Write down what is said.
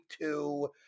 two